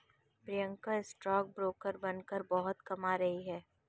Priyanka stock broker बनकर बहुत कमा रही है